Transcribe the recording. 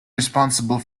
responsible